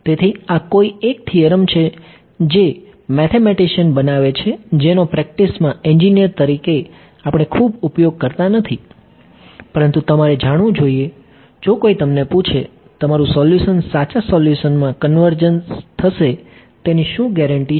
તેથી આ કોઈ એક થીયરમ છે જે મેથેમેટિશિયન બનાવે છે જેનો પ્રેક્ટિસમાં એંજિનિયર તરીકે આપણે ખૂબ ઉપયોગ કરતા નથી પરંતુ તમારે જાણવું જોઈએ જો કોઈ તમને પૂછે તમારું સોલ્યુશન સાચા સોલ્યુશનમાં કન્વર્જ થશે તેની શું ગેરંટી છે